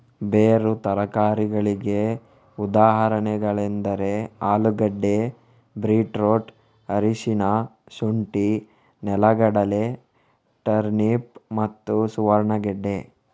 ಬೇರು ತರಕಾರಿಗಳಿಗೆ ಉದಾಹರಣೆಗಳೆಂದರೆ ಆಲೂಗೆಡ್ಡೆ, ಬೀಟ್ರೂಟ್, ಅರಿಶಿನ, ಶುಂಠಿ, ನೆಲಗಡಲೆ, ಟರ್ನಿಪ್ ಮತ್ತು ಸುವರ್ಣಗೆಡ್ಡೆ